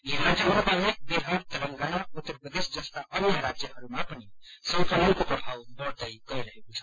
यी राज्यहरू बाहेक बिहार तेलंगाना उत्तर प्रदेश जस्ता अन्य राज्यहरूमा पनि संक्रमणको प्रभाव बढ़दै गइरहेको छ